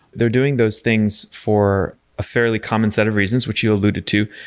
they're doing those things for a fairly common set of reasons, which you alluded to,